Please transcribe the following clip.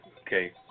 okay